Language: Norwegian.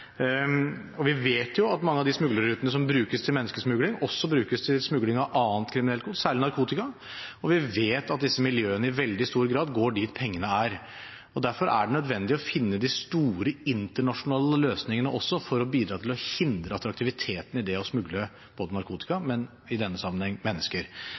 Vi vet at mange av de smuglerrutene som brukes til menneskesmugling, også brukes til smugling av kriminelt gods, særlig narkotika, og vi vet at disse miljøene i veldig stor grad går dit pengene er. Derfor er det nødvendig å finne de store internasjonale løsningene også for å bidra til å hindre attraktiviteten i det å smugle både narkotika og – i denne sammenheng – mennesker.